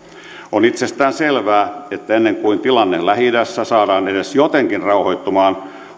on itsestään selvää että ennen kuin tilanne lähi idässä saadaan edes jotenkin rauhoittumaan